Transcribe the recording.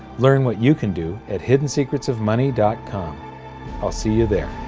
learn what you can do at hiddensecretsofmoney dot com i'll see you there.